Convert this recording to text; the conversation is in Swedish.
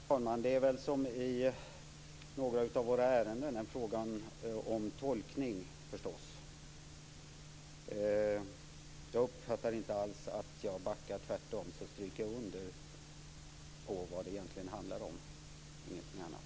Herr talman! Det är väl, som i några av våra ärenden, en fråga om tolkning. Jag uppfattar inte alls att jag backar. Tvärtom stryker jag under vad det egentligen handlar om, ingenting annat.